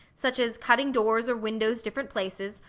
such as cutting doors or windows different places,